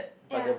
ya